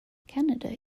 canada